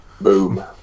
Boom